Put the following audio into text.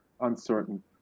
uncertain